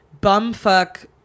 bumfuck